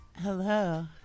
hello